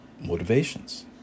motivations